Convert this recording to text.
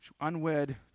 unwed